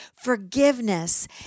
Forgiveness